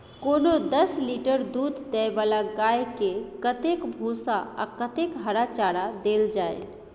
कोनो दस लीटर दूध दै वाला गाय के कतेक भूसा आ कतेक हरा चारा देल जाय?